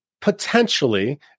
potentially